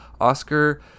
Oscar